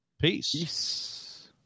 Peace